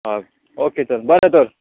हय ऑके चल बरें तर